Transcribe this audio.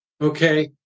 Okay